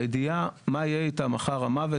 הידיעה מה יהיה איתם אחר המוות,